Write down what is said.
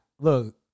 look